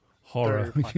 horror